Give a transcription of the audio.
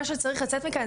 מה שצריך לצאת מכאן,